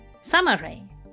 Summary